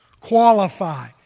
qualify